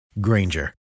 Granger